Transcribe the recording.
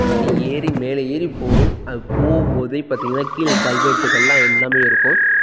படி ஏறி மேலே ஏறி போகணும் அது போகும் போதே பார்த்திங்கன்னா கீழே கல்வெட்டுகள்லாம் எல்லாமே இருக்கும்